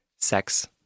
sex